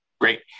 Great